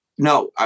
No